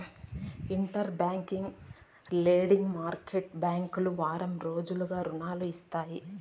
inter bank lending market బ్యాంకులు వారం రోజులకు రుణాలు ఇస్తాయి